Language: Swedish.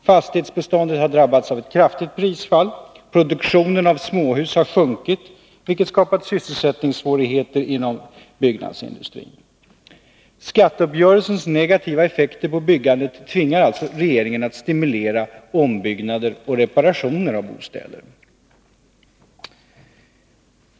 Fastighetsbeståndet har drabbats av ett kraftigt prisfall. Produktionen av småhus har sjunkit, vilket skapat sysselsättningssvårigheter inom byggnadsindustrin. Skatteuppgörelsens negativa effekter på byggandet tvingar alltså regeringen att stimulera ombyggnader och reparationer av bostäder.